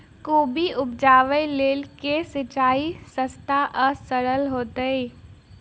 कोबी उपजाबे लेल केँ सिंचाई सस्ता आ सरल हेतइ?